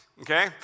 okay